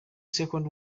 second